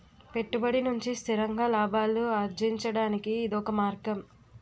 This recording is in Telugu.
పెట్టుబడి నుంచి స్థిరంగా లాభాలు అర్జించడానికి ఇదొక మార్గం